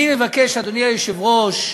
אני מבקש, אדוני היושב-ראש,